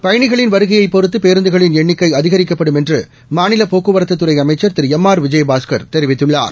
பயணிகளின் வருகையை பொறுத்து பேருந்துகளின் எண்ணிக்கை அதிகரிக்கப்படும் என்று மாநில போக்குவரத்துத்துறை அமைச்சர் திரு எம் ஆர் விஜயபாஸ்கர் தெரிவித்துள்ளார்